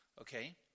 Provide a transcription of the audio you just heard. Okay